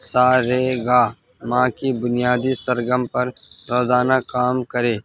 سارے گاہ ماں کی بنیادی سرگم پر روزانہ کام کرے